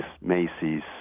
Macy's